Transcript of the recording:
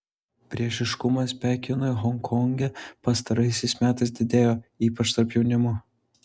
priešiškumas pekinui honkonge pastaraisiais metais didėjo ypač tarp jaunimo